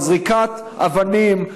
אבל זריקת אבנים,